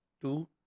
Two